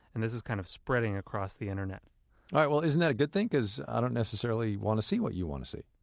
and this is kind of spreading across the internet well isn't that a good thing, because i don't necessarily want to see what you want to see?